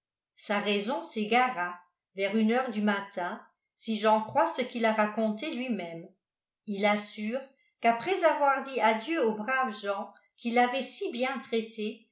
sa raison s'égara vers une heure du matin si j'en crois ce qu'il a raconté lui-même il assure qu'après avoir dit adieu aux braves gens qui l'avaient si bien traité